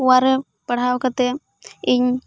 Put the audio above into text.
one ᱨᱮ ᱯᱟᱲᱦᱟᱣ ᱠᱟᱛᱮᱫ ᱤᱧ